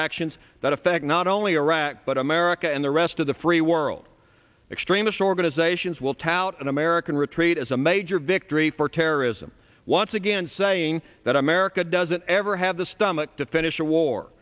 actions that affect not only iraq but america and the rest of the free world extremist organizations will tout an american retreat as a major victory for terrorism once again saying that america doesn't ever have the stomach to finish a war